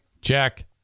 check